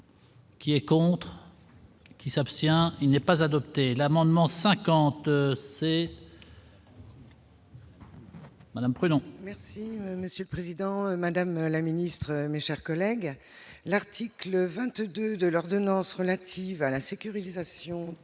Qui est contre. Qui s'abstient, il n'est pas adopté l'amendement 50 c'est. Madame. Merci Monsieur le Président, Madame la Ministre, mes chers collègues, l'article 22 de l'ordonnance relative à la sécurisation